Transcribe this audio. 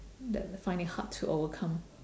that find it hard to overcome